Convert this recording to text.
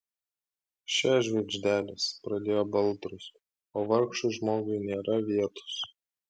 še žvaigždelės pradėjo baltrus o vargšui žmogui nėra vietos